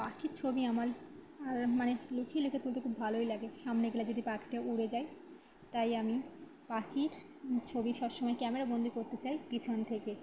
পাখির ছবি আমার আর মানে লুকিয়ে লুকিয়ে তুলতে খুব ভালোই লাগে সামনে গেলে যদি পাখিটা উড়ে যায় তাই আমি পাখির ছবি সব সময় ক্যামেরাবন্দি করতে চাই পিছন থেকে